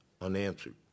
unanswered